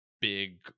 big